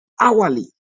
hourly